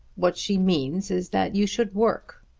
what she means is that you should work.